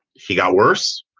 he got worse.